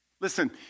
Listen